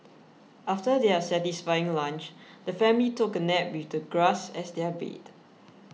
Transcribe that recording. after their satisfying lunch the family took a nap with the grass as their bed